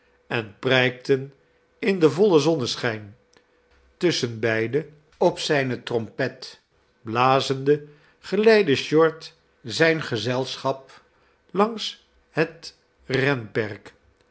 en prijkten in den volien zonneschijn tusschenbeide op zijne trompet blazende geleidde short zijn gezelschap langs het renperk